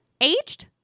Aged